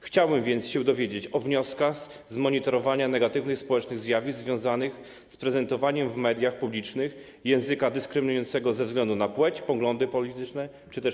Chciałbym więc się dowiedzieć o wnioskach z monitorowania negatywnych społecznych zjawisk związanych z prezentowaniem w mediach publicznych języka dyskryminującego ze względu na płeć, poglądy polityczne czy też